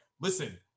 listen